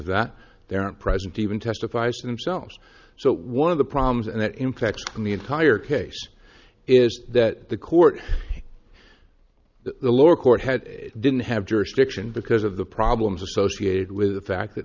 that there aren't present even testifies to themselves so one of the problems and impacts on the entire case is that the court the lower court had didn't have jurisdiction because of the problems associated with the fact that